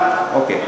אבל זה נכון.